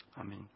Amen